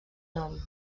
nom